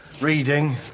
reading